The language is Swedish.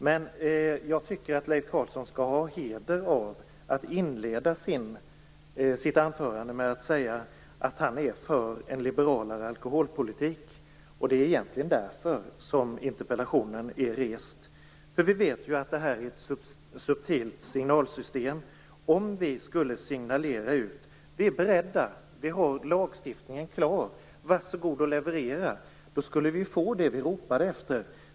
Men jag tycker att Leif Carlson skall ha heder av att han inledde sitt anförande med att säga att han är för en liberalare alkoholpolitik. Det är egentligen därför som interpellationen är rest. Vi vet ju att det här är ett subtilt signalsystem. Om vi skulle signalera att vi är beredda och har lagstiftningen klar - varsågod och leverera - skulle vi få det som vi ropade efter.